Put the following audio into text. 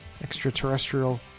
extraterrestrial